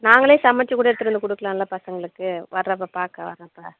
நாங்களே சமைச்சி கூட எடுத்துகிட்டு வந்து கொடுக்குலால பசங்ளுக்கு வர்றப்போ பார்க்க வரப்போ